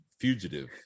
fugitive